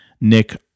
Nick